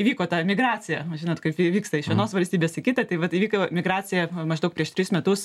įvyko ta emigracija žinot kaip įvyksta iš vienos valstybės į kitą tai vat įvyko migracija maždaug prieš tris metus